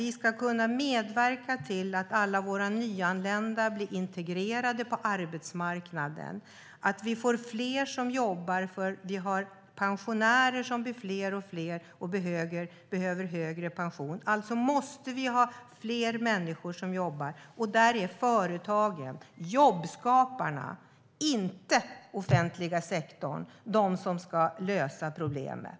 Vi ska medverka till att alla våra nyanlända blir integrerade på arbetsmarknaden. Pensionärerna blir fler och fler och behöver högre pension, och därför måste vi ha fler människor som jobbar. Där är företagen, jobbskaparna, inte den offentliga sektorn, de som ska lösa problemet.